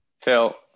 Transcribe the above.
phil